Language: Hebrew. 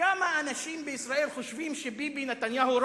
כמה אנשים בישראל חושבים שביבי נתניהו,